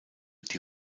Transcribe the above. die